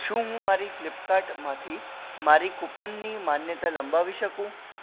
શું હું મારી ફ્લિપકાર્ટમાંથી મારી કૂપનની માન્યતા લંબાવી શકું